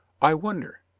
i wonder.